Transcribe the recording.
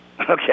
Okay